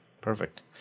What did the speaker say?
perfect